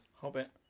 Hobbit